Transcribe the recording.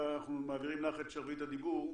מעבירים לך את שרביט הדיבור.